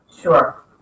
Sure